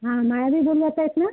हा मायादेवी बोलत आहेत ना